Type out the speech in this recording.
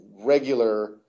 regular